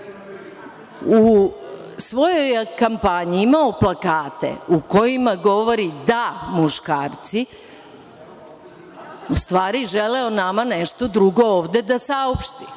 u svojoj kampanji imao plakate u kojima govori „Da muškarci“ u stvari želeo nama nešto drugo ovde da saopšti,